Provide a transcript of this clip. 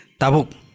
Tabuk